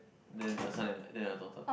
then a son and then a daughter